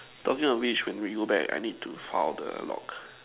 talking about which when we go back I need to file the log